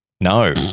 No